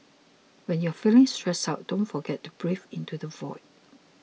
when you are feeling stressed out don't forget to breathe into the void